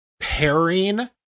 pairing